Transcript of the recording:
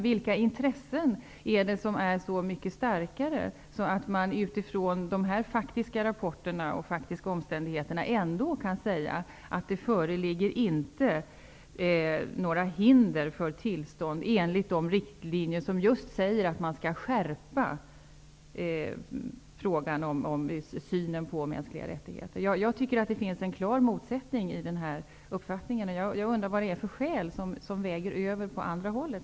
Vilka intressen är så mycket starkare att man utifrån de här faktiska rapporterna och omständigheterna ändå kan säga att det inte föreligger några hinder för tillstånd enligt de riktlinjer som just säger att man skall skärpa synen på de mänskliga rättigheterna? Jag tycker att det finns en klar motsättning på denna punkt, och jag undrar vilka skäl som väger över åt det andra hållet.